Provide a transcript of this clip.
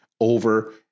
over